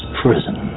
prison